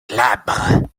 glabre